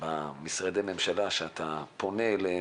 במשרדי הממשלה שאתה פונה אליהם,